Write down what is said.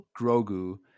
Grogu